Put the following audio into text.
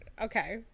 okay